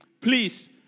Please